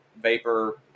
vapor